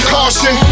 Caution